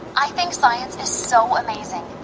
i think science is so amazing.